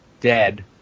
dead